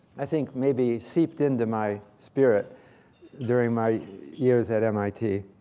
i think, maybe seeped into my spirit during my years at mit.